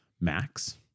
max